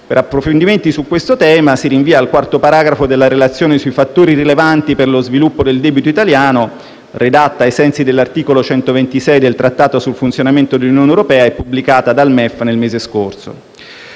Per approfondimenti su questo tema si rinvia al quarto paragrafo della relazione sui "Fattori rilevanti per lo sviluppo del debito pubblico italiano", redatta ai sensi dell'articolo 126 del Trattato sul funzionamento dell'Unione europea (TFUE) e pubblicata dal MEF lo scorso